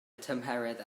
tymheredd